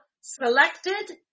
selected